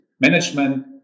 management